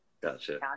gotcha